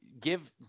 give